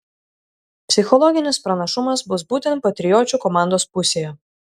psichologinis pranašumas bus būtent patriočių komandos pusėje